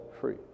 free